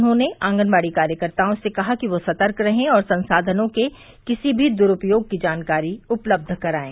उन्होंने आगंनवाड़ी कार्यकर्ताओं से कहा कि वे सतर्क रहे और संसाधनों के किसी भी दुरूपयोग की जानकारी उपलब्ध कराएं